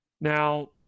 Now